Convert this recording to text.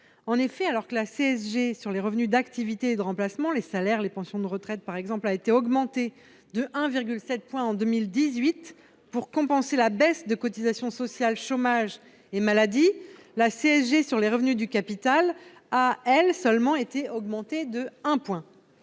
En effet, alors que la CSG sur les revenus d'activité et de remplacement- les salaires et les pensions de retraite, par exemple -a été augmentée de 1,7 point en 2018, pour compenser la baisse des cotisations sociales chômage et maladie, la CSG sur les revenus du capital a été accrue de 1 point